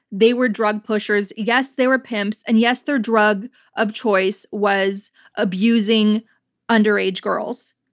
they were drug pushers. yes, they were pimps, and yes, their drug of choice was abusing underage girls.